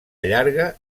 llarga